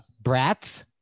Brats